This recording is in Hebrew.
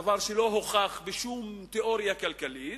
דבר שלא הוכח בשום תיאוריה כלכלית,